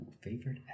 favorite